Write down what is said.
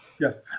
Yes